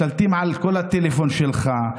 משתלטים על כל הטלפון שלך,